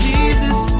Jesus